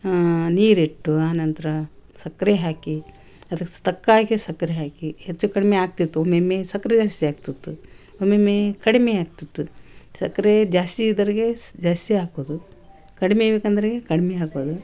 ಆಂ ನೀರಿಟ್ಟು ಆ ನಂತರ ಸಕ್ಕರೆ ಹಾಕಿ ಅದಕ್ಕೆ ಸ್ ತಕ್ಕಾಗೆ ಸಕ್ಕರೆ ಹಾಕಿ ಹೆಚ್ಚು ಕಡಿಮೆ ಆಗ್ತಿತ್ತು ಒಮ್ಮೆಮ್ಮೆ ಸಕ್ಕರೆ ಜಾಸ್ತಿ ಆಗ್ತಿತ್ತು ಒಮ್ಮೆಮ್ಮೇ ಕಡಿಮೆ ಆಗ್ತಿತ್ತು ಸಕ್ಕರೆ ಜಾಸ್ತಿ ಇದ್ದರಿಗೇ ಸ್ ಜಾಸ್ತಿ ಹಾಕೋದು ಕಡಿಮೆ ಬೇಕಂದರೆ ಕಡಿಮೆ ಹಾಕೋದು